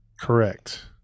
Correct